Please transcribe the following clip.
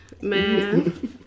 man